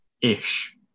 ish